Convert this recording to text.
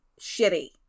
shitty